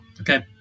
Okay